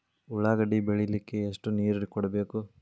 ಉಳ್ಳಾಗಡ್ಡಿ ಬೆಳಿಲಿಕ್ಕೆ ಎಷ್ಟು ನೇರ ಕೊಡಬೇಕು?